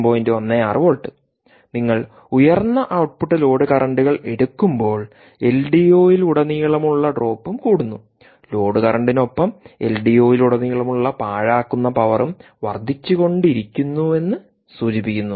16 volt നിങ്ങൾ ഉയർന്ന output load കറന്റുകൾ എടുക്കുമ്പോൾ എൽഡിഒയിലുടനീളമുള്ള ഡ്രോപ്പും കൂടുന്നുലോഡ് കറന്റിനൊപ്പംഎൽഡിഒയിലുടനീളമുള്ള പാഴാക്കുന്ന പവറും വർദ്ധിച്ചുകൊണ്ടിരിക്കുന്നുവെന്ന് സൂചിപ്പിക്കുന്നു